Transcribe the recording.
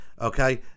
okay